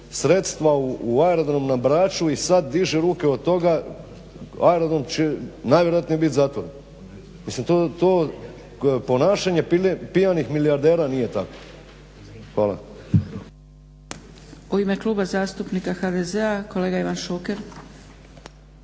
sredstva u aerodrom na Braču i sad diže ruke od toga, aerodrom će najvjerojatnije bit zatvoren. Mislim to ponašanje pijanih milijardera nije takvo. Hvala.